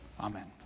amen